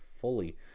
fully